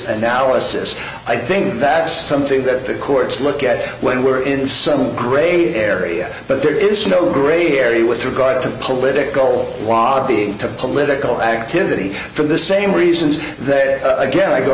analysis i think that something that the courts look at when we're in some gray area but there is no gray area with regard to political lobbying to political activity for the same reasons that again i go